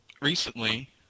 Recently